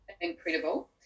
incredible